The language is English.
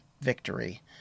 victory